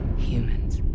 humans.